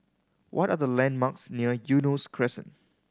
what are the landmarks near Eunos Crescent